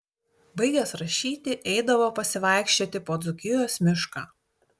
baigęs rašyti eidavo pasivaikščioti po dzūkijos mišką